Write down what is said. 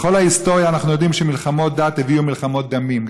בכל ההיסטוריה אנחנו יודעים שמלחמות דת הביאו למלחמות דמים,